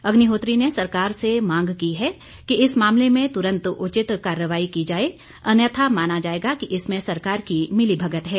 अग्निहोत्री ने सरकार से मांग की है कि इस मामले में तुरन्त उचित कार्रवाई की जाए अन्यथा माना जाएगा इसमें सरकार की मिली भगत है